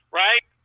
right